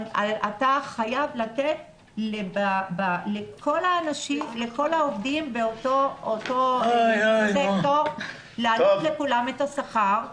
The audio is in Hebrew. אתה חייב לתת לכל העובדים באותו סקטור ולהעלות לכולם את השכר,